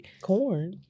Corn